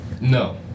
no